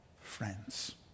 friends